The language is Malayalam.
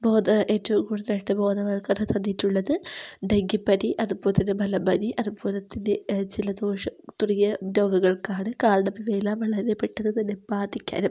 ഏറ്റവും കൂടുതലായിട്ട് ബോധവത്കരണം തന്നിട്ടുള്ളത് ഡെങ്കിപ്പനി അതുപോലെത്തന്നെ മലമ്പനി അതുപോലെത്തന്നെ ജലദോഷം തുടങ്ങിയ രോഗങ്ങൾക്കാണ് കാരണം ഇവയെല്ലാം വളരെ പെട്ടന്ന് തന്നെ ബാധിക്കാനും